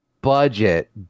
budget